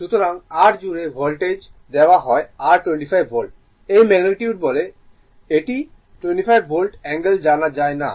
সুতরাং R জুড়ে voltage দেওয়া হয় r 25 ভোল্ট এই ম্যাগনিটিউড বলে এটি 25 ভোল্ট অ্যাঙ্গেল জানা যায় না